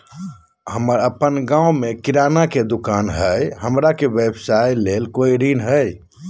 हमर अपन गांव में किराना के दुकान हई, हमरा के व्यवसाय ला कोई ऋण हई?